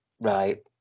right